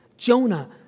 Jonah